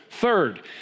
Third